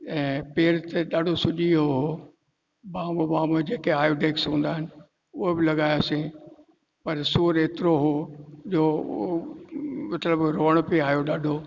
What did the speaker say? ऐं पेर त ॾाढो सुजी वियो हो बाम बाम जेकी आयोडेक्स हूंदा आहिनि उहो बि लॻायोसीं पर सूरु एतिरो हो जो मतिलबु रुअण पिए आहियो डाढो